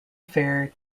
fare